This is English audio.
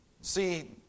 see